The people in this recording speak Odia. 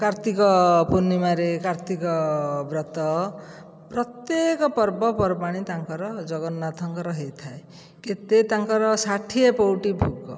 କାର୍ତ୍ତିକ ପୂର୍ଣ୍ଣିମାରେ କାର୍ତ୍ତିକ ବ୍ରତ ପ୍ରତ୍ୟେକ ପର୍ବ ପର୍ବାଣି ତାଙ୍କର ଜଗନ୍ନାଥଙ୍କର ହୋଇଥାଏ କେତେ ତାଙ୍କର ଷାଠିଏ ପଊଟି ଭୋଗ